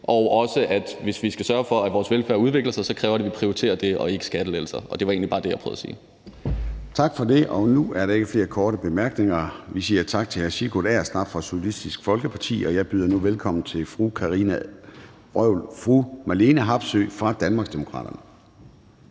og også, at hvis vi skal sørge for, at vores velfærd udvikler sig, så kræver det, at vi prioriterer det og ikke skattelettelser. Det var egentlig bare det, jeg prøvede at sige. Kl. 14:23 Formanden (Søren Gade): Tak for det. Der er ikke flere korte bemærkninger, så vi siger tak til hr. Sigurd Agersnap fra Socialistisk Folkeparti. Jeg byder nu velkommen til fru Marlene Harpsøe fra Danmarksdemokraterne.